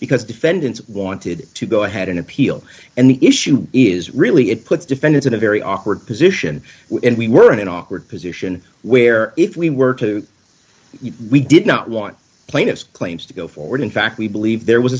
because defendants wanted to go ahead an appeal and the issue is really it puts defendants in a very awkward position and we were in an awkward position where if we were to we did not want plaintiff's claims to go forward in fact we believe there was